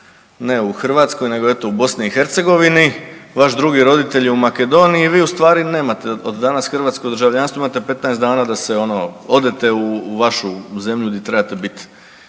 ne u Hrvatskoj nego eto u BiH, vaš drugi roditelj je u Makedoniji vi u stvari nemate od danas hrvatsko državljanstvo imate 15 dana da se ono, odete u vašu zemlju gdje trebate biti,